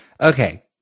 Okay